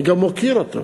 אני גם מוקיר אותו.